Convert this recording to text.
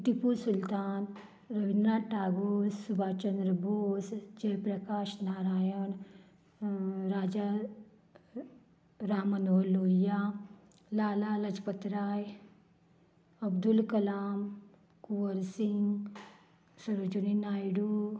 Tipu Sultan Rabindranath Tagore Subhashchandra Bose Jayaprakash Narayan Raja Ram Manohar Lohia Lala Lajpat Rai Abdul Kalam Kunwar Singh Sarojini Naidu